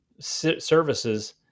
services